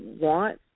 want